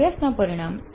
અભ્યાસના પરિણામ tale